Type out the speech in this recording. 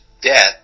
death